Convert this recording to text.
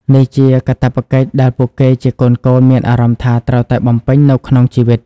នេះជាកាតព្វកិច្ចដែលពួកគេជាកូនៗមានអារម្មណ៍ថា ត្រូវតែបំពេញនៅក្នុងជីវិត។